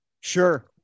sure